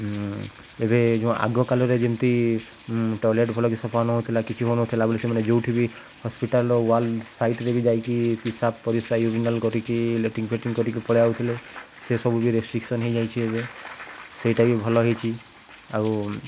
ଏବେ ଯୋଉଁ ଆଗ କାଲରେ ଯେମିତି ଟଏଲେଟ ଭଲକି ସଫା ନଉଥିଲା କିଛି ହଉନଥିଲା ବୋଲି ସେମାନେ ଯେଉଁଠି ବି ହସ୍ପିଟାଲର ୱାଲ ସାଇଟରେ ବି ଯାଇକି ପିସାବ୍ ପରିସ୍ରା ୟୁରିନାଲ କରିକି ଲେଟିନ୍ ଫେଟିନ୍ କରିକି ପଳାଇ ଆଉଥିଲେ ସେ ସବୁ ବି ରେଷ୍ଟ୍ରିକ୍ସନ୍ ହେଇଯାଇଛି ଏବେ ସେଇଟା ବି ଭଲ ହେଇଛି ଆଉ